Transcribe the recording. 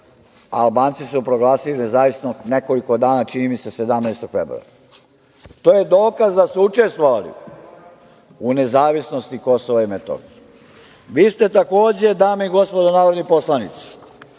Albanci su proglasili nezavisnost nekoliko dana, čini mi se 17. februara. To je dokaz da su učestvovali u nezavisnosti Kosova i Metohije. Vi ste, takođe, dame i gospodo narodni poslanici,